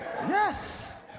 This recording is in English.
yes